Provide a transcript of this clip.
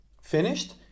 finished